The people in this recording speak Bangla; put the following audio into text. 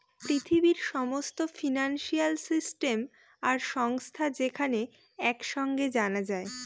পৃথিবীর সমস্ত ফিনান্সিয়াল সিস্টেম আর সংস্থা যেখানে এক সাঙে জানা যায়